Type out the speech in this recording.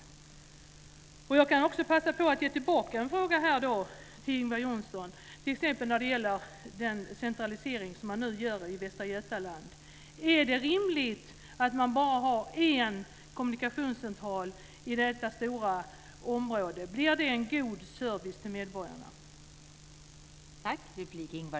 Johnsson om den centralisering som man nu gör t.ex. i Västra Götaland: Är det rimligt att ha bara en kommunikationscentral i detta stora område? Ger det en god service åt medborgarna?